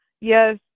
yes